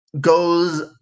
goes